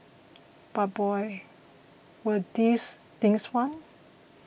but boy were diss things fun